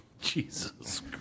Jesus